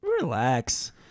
Relax